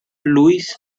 louis